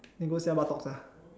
then go sell buttocks ah